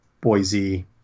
Boise